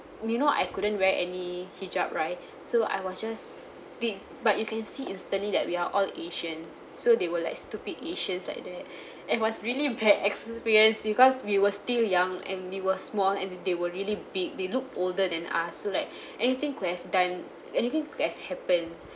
you know I couldn't wear any hijab right so I was just they but you can see instantly that we are all asian so they were like stupid asians like that and it was really bad experience because we were still young and we were small and they were really big they look older than us so like anything could have done anything could have happen